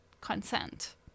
consent